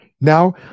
now